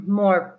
more